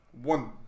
One